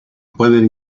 pueden